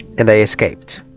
and they escaped